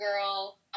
Girl